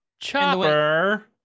chopper